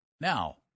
Now